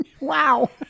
Wow